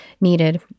needed